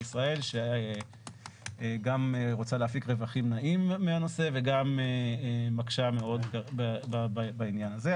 ישראל שגם רוצה להפיק רווחים נאים מהנושא וגם מקשה מאוד בעניין הזה,